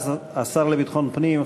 ואז השר לביטחון פנים,